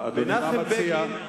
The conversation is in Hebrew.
מה אדוני מציע?